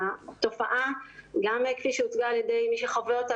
התופעה גם כפי שהוצגה על ידי מי שחווה אותה